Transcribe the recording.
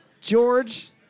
George